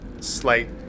slight